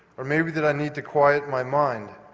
or maybe that i need to quieten my mind.